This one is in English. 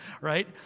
right